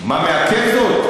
מה מעכב זאת?